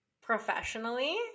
Professionally